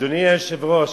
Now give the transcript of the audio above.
אדוני היושב-ראש,